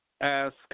ask